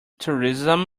tourism